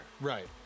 Right